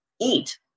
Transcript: eat